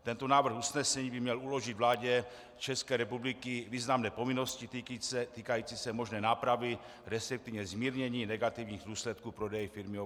Tento návrh usnesení by měl uložit vládě České republiky významné povinnosti týkající se možné nápravy, resp. zmírnění negativních důsledků prodeje firmy OKD.